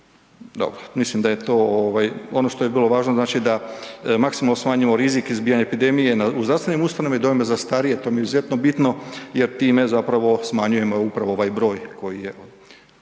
dalje. Mislim da je to ono što je bilo važno, znači da maksimalno … u rizik izbijanje epidemije u zdravstvenim ustanovama i domovima za starije to mi je izuzetno bitno jer time zapravo upravo smanjujemo upravo ovaj broj koji je.